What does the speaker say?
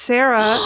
Sarah